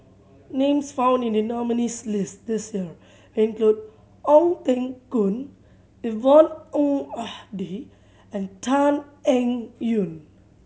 names found in the nominees' list this year include Ong Teng Koon Yvonne Ng and Tan Eng Yoon